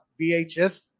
VHS